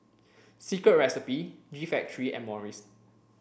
Secret Recipe G Factory and Morries